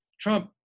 Trump